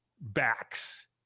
backs